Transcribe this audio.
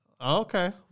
okay